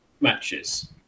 matches